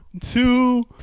two